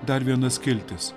dar viena skiltis